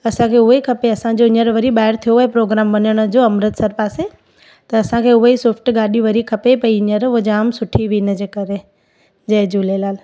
असांखे उहे खपे असांजो हींअर वरी ॿाहिरि थियो आहे प्रोग्राम वञण जो अमृतसर पासे त असांखे उहे ई स्विफ्ट गाॾी खपे पई हींअर उहा जाम सुठी हुई हिन जे करे जय झूलेलाल